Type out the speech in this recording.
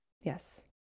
Yes